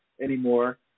anymore